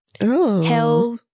hell